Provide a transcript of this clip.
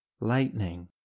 lightning